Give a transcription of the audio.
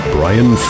Brian